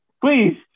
Please